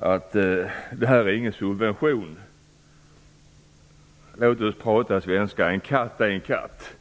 kreditgarantisystemet inte är någon subvention. Låt oss tala svenska: En katt är en katt.